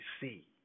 see